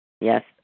Yes